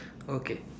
okay